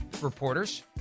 reporters